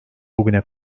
bugüne